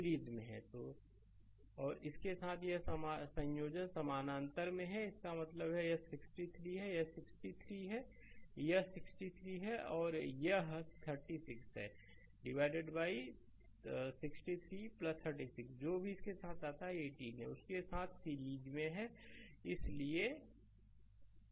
slide समय देखें 3408 और इसके साथ यह संयोजन समानांतर में है इसका मतलब है यह 63 है यह 63 है यह 63 Ω है और यह 36 है विभाजित 63 36 जो भी इसके साथ आता है 18 Ω उसी के साथ सीरीज में है इसलिए क्या